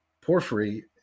Porphyry